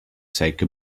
take